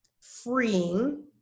freeing